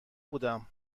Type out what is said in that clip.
بودم